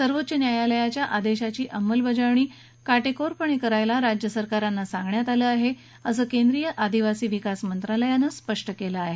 सवॉच्च न्यायालयाच्या आदेशाची अंमलबजावणी काटेकोरपणे करायला राज्यसरकारांना सांगण्यात आलं आहे असं केंद्रीय आदिवासी विकास मंत्रालयानं स्पष्ट केलं आहे